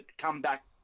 comeback